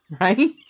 Right